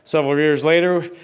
several years later,